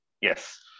Yes